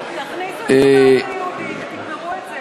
תכניסו את הבית היהודי ותגמרו עם זה.